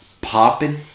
popping